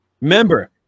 Remember